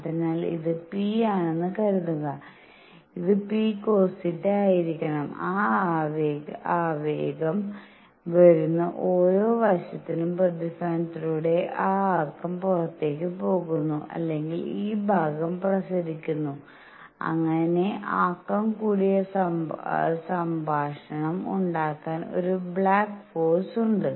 അതിനാൽ ഇത് p ആണെന്ന് കരുതുക ഇത് pcosθ ആയിരിക്കണം ആ ആവേഗം വരുന്ന ഓരോ വശത്തിനും പ്രതിഫലനത്തിലൂടെ ഒരു ആക്കം പുറത്തേക്ക് പോകുന്നു അല്ലെങ്കിൽ ഈ ഭാഗവും പ്രസരിക്കുന്നു അങ്ങനെ ആക്കം കൂടിയ സംഭാഷണം ഉണ്ടാകാൻ ഒരു ബാക്ക് ഫോഴ്സ് ഉണ്ട്